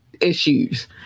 issues